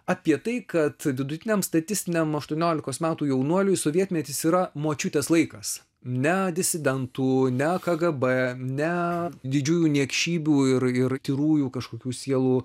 apie tai kad vidutiniam statistiniam aštuoniolikos metų jaunuoliui sovietmetis yra močiutės laikas ne disidentų ne kgb ne didžiųjų niekšybių ir ir tyrųjų kažkokių sielų